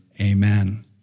amen